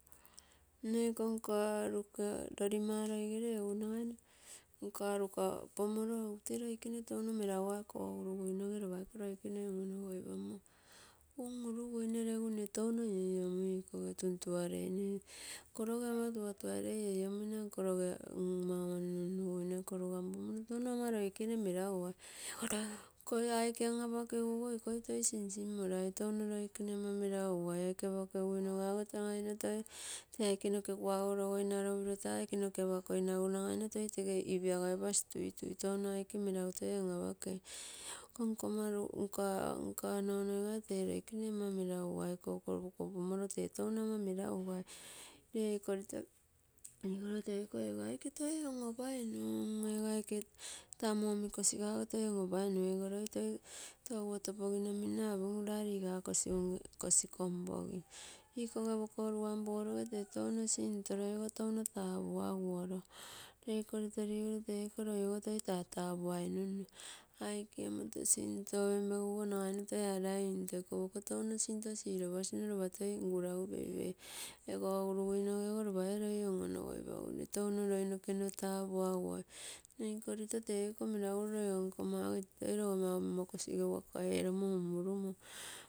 Mne iko nka roka rolima loigere, nka ruka pomoro egu tee loi kene touno melagu gai koguruguinoge lopa iko loikene on-onogoi panguine regu egu mne touno ioiom ugui iko tuntuare mne nko loge ama tuntuarei ioiomuim, nko loge unge ama tuntuarei ioiomuina iko rugam pogoro touno ama loikene mulagugai egu logo aike anapa keguogo ikoi toi sinsin orai, touno loikene ama milagugai aike noke apakeguino gaga toi logoinaro upio taa aike noka apakoinagu toi nagai regeipiagaipasi tuitui. Touno toi aike noke melagu an-apakei, egu akonkomma ruu, ako nka, nka nonoi gai tee loikene ama melagugai tego kolo pomoro touno ama melagugai, lee iko litoligoro tee ego aike toi on-opaimum ego aike tamu omi kosiga toi on-opaimum ego loi toi togu oto pogino apogim uraminno liga kosi kompogi. Ikoge poko rugam pogorogetee touno sinto loi ogo touno tapuaguoro, lee iko lito ligoro teko loi ogo toi tapiaguino touno sinto penpegu ogo toi apai iko touno toi arai into toi lopa nguraigu peipei koguruguino toi on-onogoinai, touno loi nnonoke tapuaguoio nne iko lito teiko melaguro nka ogo ite toi logoimagu miro waka eromino murumo.